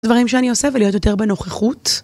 דברים שאני עושה ולהיות יותר בנוכחות.